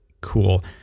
cool